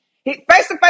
Face-to-face